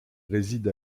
réside